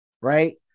right